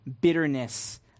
bitterness